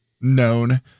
known